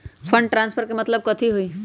Fund transfer के मतलब कथी होई?